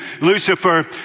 Lucifer